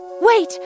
Wait